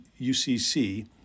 UCC